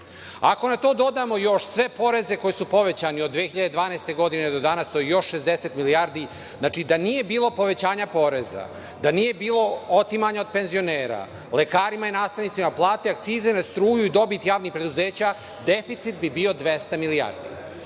Ako na to dodamo još sve poreze koji su povećani od 2012. godine do danas, to je još 60 milijardi. Znači, da nije bilo povećanja poreza, da nije bilo otimanja od penzionera, lekarima i nastavnicima plata, akciza na struju, dobit javnih preduzeća, deficit bi bio 200 milijardi. Sami